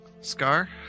Scar